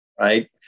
right